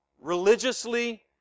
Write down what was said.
religiously